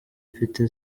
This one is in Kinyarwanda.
mfite